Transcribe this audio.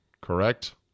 correct